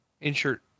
Insert